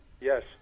Yes